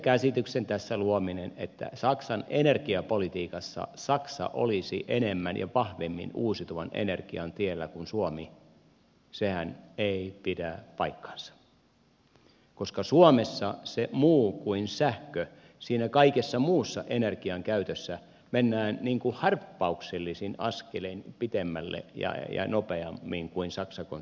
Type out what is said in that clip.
mutta tässä sen käsityksen luominen että energiapolitiikassa saksa olisi enemmän ja vahvemmin uusiutuvan energian tiellä kuin suomi sehän ei pidä paikkaansa koska suomessa muussa kuin sähkössä siinä kaikessa muussa energian käytössä mennään harppauksellisin askelin pitemmälle ja nopeammin kuin saksassa konsanaan